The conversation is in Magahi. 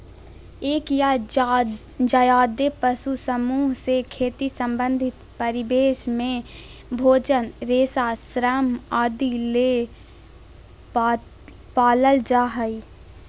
एक या ज्यादे पशु समूह से खेती संबंधित परिवेश में भोजन, रेशा, श्रम आदि ले पालल जा हई